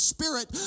Spirit